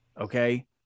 okay